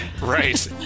Right